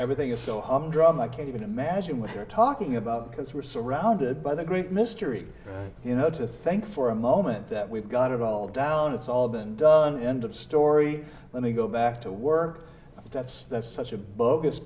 everything is so humdrum i can't even imagine what they're talking about because we're surrounded by the great mystery you know to thank for a moment that we've got it all down it's all been done end of story let me go back to work that's that's such a bogus